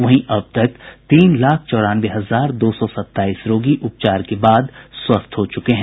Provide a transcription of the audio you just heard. वहीं अब तक तीन लाख चौरानवे हजार दो सौ सत्ताईस रोगी उपचार के बाद स्वस्थ हो चुके हैं